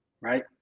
right